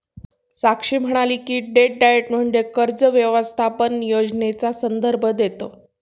साक्षी म्हणाली की, debt diet म्हणजे कर्ज व्यवस्थापन योजनेचा संदर्भ देतं